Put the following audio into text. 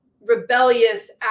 rebellious